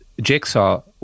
Jigsaw